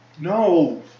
no